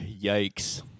yikes